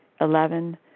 Eleven